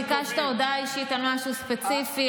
ביקשת הודעה אישית על משהו ספציפי.